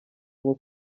nko